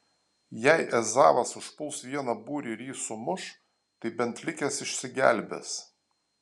jei ezavas užpuls vieną būrį ir jį sumuš tai bent likęs išsigelbės